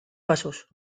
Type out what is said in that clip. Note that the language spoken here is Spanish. pasos